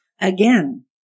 Again